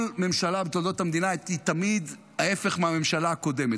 כל ממשלה בתולדות המדינה היא תמיד ההפך מהממשלה הקודמת.